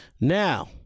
now